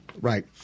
Right